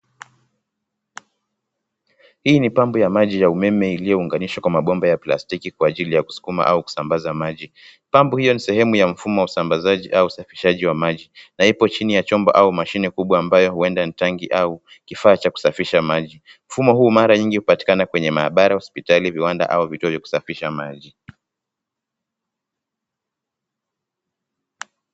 Hii ni pampu ya maji ya umeme iliyounganishwa kwa mabomba ya plastiki kwa ajili ya kusukuma au kusambaza maji. Pampu hiyo ni sehemu ya mfumo wa usambazaji au usafishaji wa maji, na ipo chini ya chombo au mashine kubwa ambayo huenda ni tangi au, kifaa cha kusafisha maji. Mfumo huu mara nyingi hupatikana kwenye maabara, hospitali, viwanda, au vituo vya kusafisha maji.